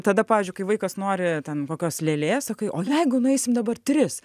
tada pavyzdžiui kai vaikas nori ten kokios lėlės sakai o jeigu nueisim dabar tris